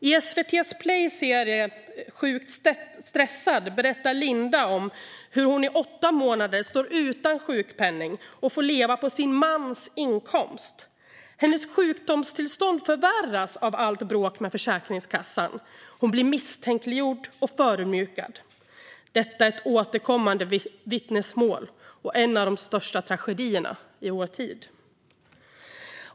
I SVT:s Sjukt stressad berättar Linda om hur hon i åtta månader står utan sjukpenning och får leva på sin mans inkomst. Hennes sjukdomstillstånd förvärras av allt bråk med Försäkringskassan. Hon blir misstänkliggjord och förödmjukad. Detta är ett återkommande vittnesmål och en av de största tragedierna i vår tid.